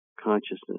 consciousness